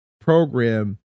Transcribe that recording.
program